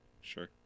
Sure